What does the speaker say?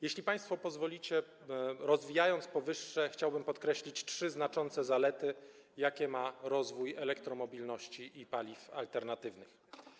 Jeśli państwo pozwolicie, rozwijając powyższe, chciałbym podkreślić trzy znaczące zalety, jakie ma rozwój elektromobilności i paliw alternatywnych.